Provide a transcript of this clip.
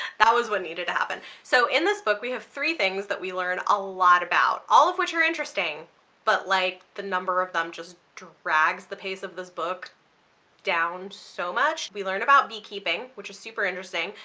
that was what needed to happen. so in this book we have three things that we learn a lot about all, of which are interesting but like the number of them just drags the pace of this book down so much. we learn about beekeeping which is super interesting,